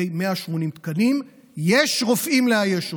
180 תקנים, יש רופאים לאייש אותם.